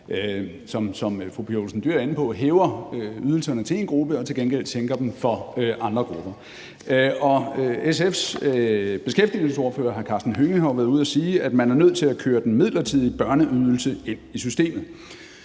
som fru Pia Olsen Dyhr er inde på, hæver ydelserne til en gruppe og til gengæld sænker dem for andre grupper. SF's beskæftigelsesordfører, hr. Karsten Hønge, har jo været ude at sige, at man er nødt til at køre den midlertidige børneydelse ind i systemet.